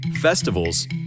Festivals